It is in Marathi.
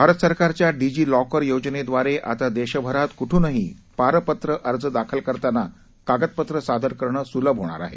भारत सरकारच्या डी जी लॉकर योजनेद्वारे आता देशभरात कुठुनही पारपत्र अर्ज दाखल करताना कागदपत्र सादर करणं सुलभ होणार आहे